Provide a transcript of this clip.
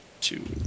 two